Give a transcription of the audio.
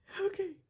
Okay